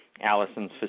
Allison's